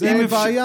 זו בעיה ארוכה מאוד.